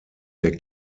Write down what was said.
der